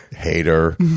hater